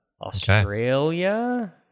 Australia